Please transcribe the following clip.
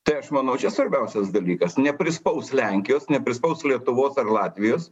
tai aš manau čia svarbiausias dalykas neprispaus lenkijos neprispaus lietuvos ar latvijos